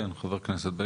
כן, חה"כ בגין.